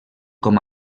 com